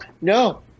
No